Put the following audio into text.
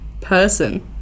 person